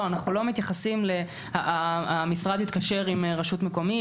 אנחנו לא מתייחסים ל-המשרד התקשר עם רשות מקומית.